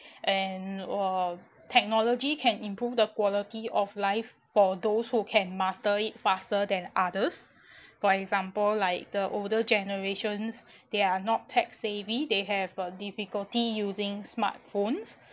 and uh technology can improve the quality of life for those who can master it faster than others for example like the older generations they are not tech savvy they have uh difficulty using smart phones